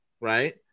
right